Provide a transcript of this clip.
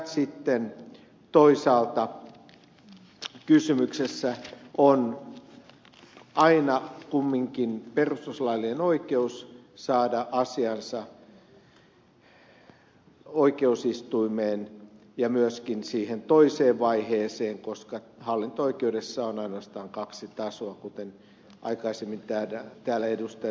sitten toisaalta kysymyksessä on aina kumminkin perustuslaillinen oikeus saada asiansa oikeusistuimeen ja myöskin siihen toiseen vaiheeseen koska hallinto oikeudessa on ainoastaan kaksi tasoa kuten aikaisemmin täällä ed